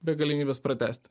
be galimybės pratęsti